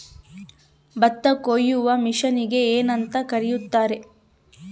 ಭತ್ತ ಕೊಯ್ಯುವ ಮಿಷನ್ನಿಗೆ ಏನಂತ ಕರೆಯುತ್ತಾರೆ?